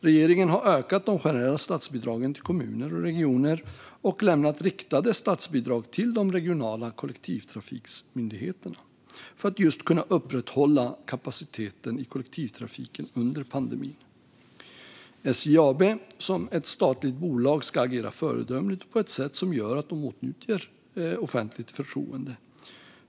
Regeringen har ökat de generella statsbidragen till kommuner och regioner och lämnat riktade statsbidrag till de regionala kollektivtrafikmyndigheterna för att de ska kunna upprätthålla kapaciteten i kollektivtrafiken under pandemin. SJ AB ska som statligt bolag agera föredömligt och på ett sätt som gör att de åtnjuter offentligt förtroende.